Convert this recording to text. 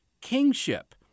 kingship